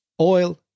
oil